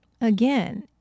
again